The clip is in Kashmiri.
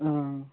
آ آ